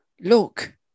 Look